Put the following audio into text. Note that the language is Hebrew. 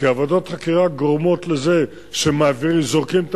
כי ועדות חקירה גורמות לזה שזורקים את